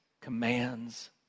commands